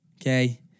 Okay